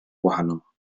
wahanol